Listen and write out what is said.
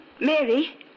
Mary